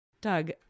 Doug